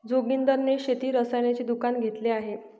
जोगिंदर ने शेती रसायनाचे दुकान घेतले आहे